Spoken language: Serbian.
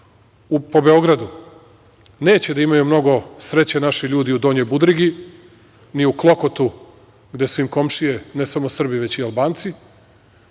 po Beogradu neće da imaju mnogo sreće naši ljudi u Donjoj Budrigi, ni u Klokotu, gde su im komšije ne samo Srbi, već i Albanci